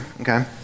okay